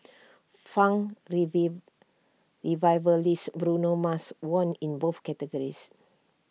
funk revive revivalist Bruno Mars won in both categories